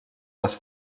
les